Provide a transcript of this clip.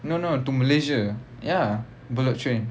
no no to malaysia ya bullet train